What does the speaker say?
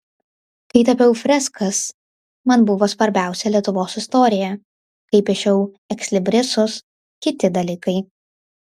kai tapiau freskas man buvo svarbiausia lietuvos istorija kai piešiau ekslibrisus kiti dalykai